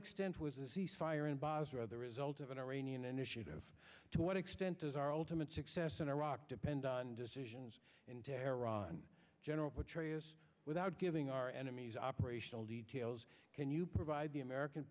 extent was a cease fire in basra the result of an iranian initiative to what extent does our ultimate success in iraq depend on decisions in tehran general petraeus without giving our enemies operational details can you provide the american